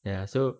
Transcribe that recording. ya so